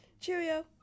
Cheerio